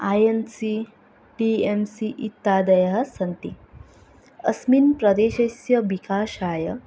I N C T M C इत्यादयः सन्ति अस्मिन् प्रदेशस्य विकासाय